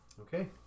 Okay